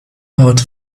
part